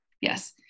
Yes